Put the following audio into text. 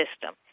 system